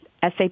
SAP